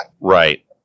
Right